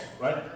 right